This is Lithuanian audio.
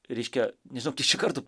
reiškia nežinau kiek čia kartų